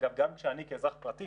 אגב, גם כשאני כאזרח פרטי